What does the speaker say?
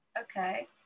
Okay